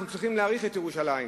אנחנו צריכים להעריך את ירושלים,